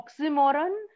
oxymoron